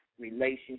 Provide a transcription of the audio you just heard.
relationship